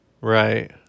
Right